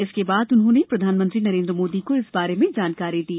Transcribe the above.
इसके बाद उन्होंनने प्रधानमंत्री नरेन्द्र मोदी को इस बारे में जानकारी दी